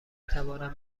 توانم